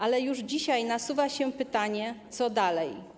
Ale już dzisiaj nasuwa się pytanie, co dalej.